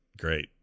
Great